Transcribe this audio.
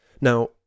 Now